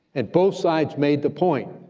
and both sides made the point,